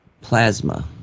Plasma